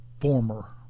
former